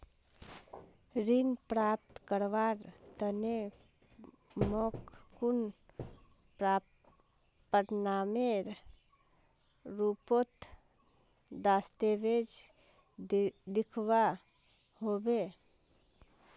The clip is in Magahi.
ऋण प्राप्त करवार तने मोक कुन प्रमाणएर रुपोत दस्तावेज दिखवा होबे?